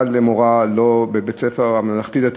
אני בעל של מורה בבית-ספר ממלכתי-דתי